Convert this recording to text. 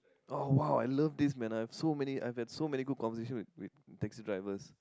oh !wow! I love this man I have so many I have had so many good conversations with with taxi drivers